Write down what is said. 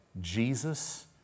Jesus